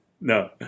No